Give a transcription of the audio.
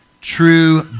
true